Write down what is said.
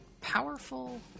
powerful